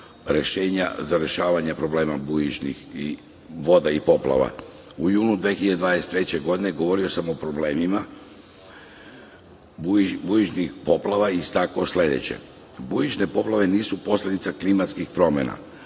rešenja za rešavanje problema bujičnih voda i poplava. U junu 2023. godine govorio sam o problemima bujičnih poplava i istakao sledeće - bujične poplave nisu posledica klimatskih promena,